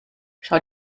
schau